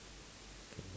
okay